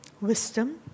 Wisdom